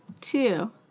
two